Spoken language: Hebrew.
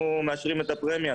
אנחנו מאשרים את הפרמיה.